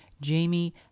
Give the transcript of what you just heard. Jamie